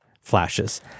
flashes